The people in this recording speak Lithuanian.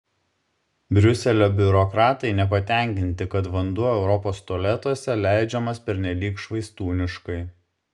briuselio biurokratai nepatenkinti kad vanduo europos tualetuose leidžiamas pernelyg švaistūniškai